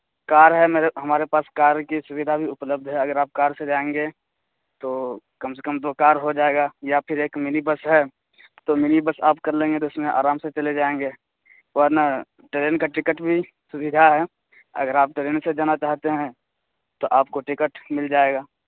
کار ہے میرے ہمارے پاس کار کی سویدھا بھی اپلبدھ ہے اگر آپ کار سے جائیں گے تو کم سے کم دو کار ہو جائے گا یا پھر ایک منی بس ہے تو منی بس آپ کر لیں گے تو اس میں آرام سے چلے جائیں گے ورنہ ٹرین کا ٹکٹ بھی سویدھا ہے اگر آپ ٹرین سے جانا چاہتے ہیں تو آپ کو ٹکٹ مل جائے گا